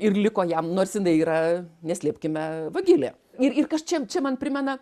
ir liko jam nors jinai yra neslėpkime vagilė ir ir kas čia čia man primena